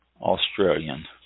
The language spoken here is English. Australian